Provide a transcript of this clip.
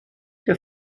der